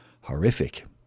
horrific